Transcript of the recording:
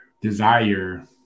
desire